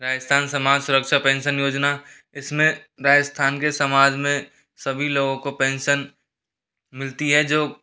राजस्थान समाज सुरक्षा पेंसन योजना इसमें राजस्थान के समाज में सभी लोगों को पेंसन मिलती है जो